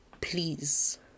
Please